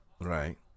right